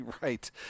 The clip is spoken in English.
Right